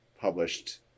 published